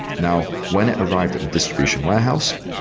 now, when it arrived at the distribution warehouse,